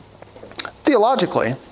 Theologically